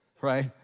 right